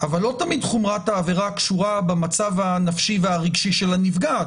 אבל לא תמיד חומרת העבירה קשורה במצב הנפשי והרגשי של הנפגעת.